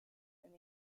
and